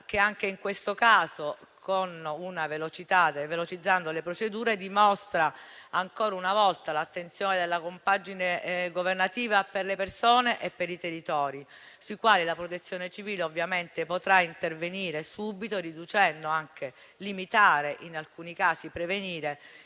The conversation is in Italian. anche in questo caso velocizzando le procedure, dimostra ancora una volta l'attenzione della compagine governativa per le persone e per i territori, sui quali la Protezione civile ovviamente potrà intervenire subito, riducendo, limitando e in alcuni casi prevenendo